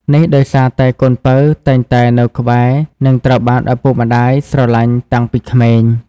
នេះដោយសារតែ កូនពៅតែងតែនៅក្បែរ និងត្រូវបានឪពុកម្តាយស្រលាញ់តាំងពីក្មេង។